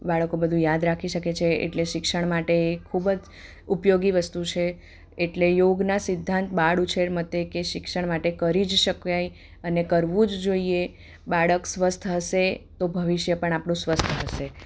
બાળકો બધુ યાદ રાખી શકે છે એટલે શિક્ષણ માટે એ ખૂબ જ ઉપયોગી વસ્તુ છે એટલે યોગના સિદ્ધાંત બાળ ઉછેર માટે કે શિક્ષણ માટે કરી જ શકાય અને કરવું જ જોઈએ બાળક સ્વસ્થ હશે તો ભવિષ્ય પણ આપણું સ્વસ્થ હશે